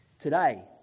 Today